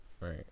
right